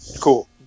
cool